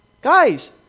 Guys